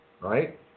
right